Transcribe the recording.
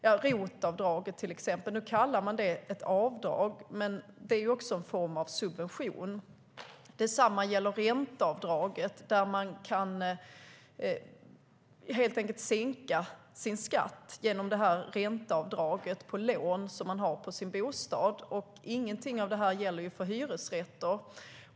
Inget av detta gäller för hyresrätter.